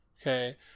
okay